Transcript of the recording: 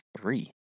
three